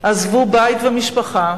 עזבו בית ומשפחה.